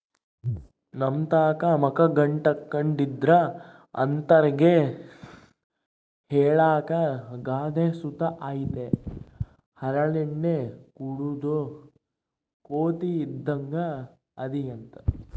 ನಮ್ತಾಕ ಮಕ ಗಂಟಾಕ್ಕೆಂಡಿದ್ರ ಅಂತರ್ಗೆ ಹೇಳಾಕ ಗಾದೆ ಸುತ ಐತೆ ಹರಳೆಣ್ಣೆ ಕುಡುದ್ ಕೋತಿ ಇದ್ದಂಗ್ ಅದಿಯಂತ